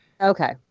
Okay